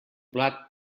plat